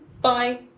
Bye